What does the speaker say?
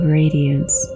radiance